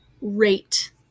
rate